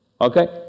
Okay